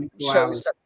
shows